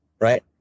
right